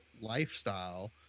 lifestyle